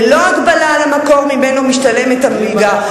ללא הגבלה על המקום שממנו משתלמת המלגה.